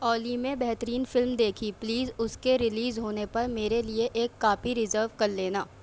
اولی میں بہترین فلم دیکھی پلیز اس کے رلیز ہونے پر میرے لیے ایک کاپی ریزرو کر لینا